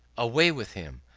away with him!